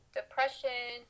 depression